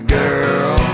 girl